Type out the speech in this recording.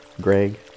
Greg